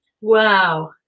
Wow